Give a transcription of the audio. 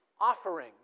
offering